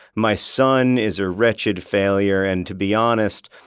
my son is a wretched failure. and, to be honest,